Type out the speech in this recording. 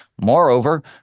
Moreover